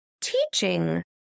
teaching